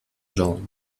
jaunes